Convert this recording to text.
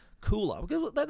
cooler